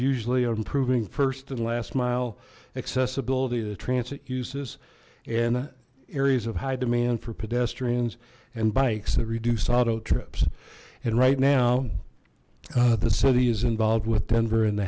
usually on improving first and last mile accessibility to transit uses and areas of high demand for pedestrians and bikes that reduce auto trips and right now the city is involved with denver and the